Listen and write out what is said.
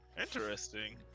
interesting